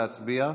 נא להצביע.